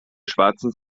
schwarzen